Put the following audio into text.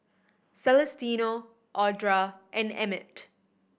Celestino Audra and Emmitt